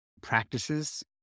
practices